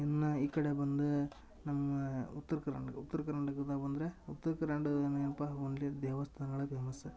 ಇನ್ನಾ ಈ ಕಡೆ ಬಂದ್ರ ನಮ್ಮ ಉತ್ರ್ಕರ್ನಾಟಕ ಉತ್ರ್ಕರ್ನಾಟಕದಾಗ್ ಬಂದರೆ ಉತ್ರ್ಕರ್ನಾಟಕದಲ್ ಏನ್ಪಾ ಓನ್ಲಿ ದೇವಸ್ಥಾನಗಳೇ ಫೇಮಸ್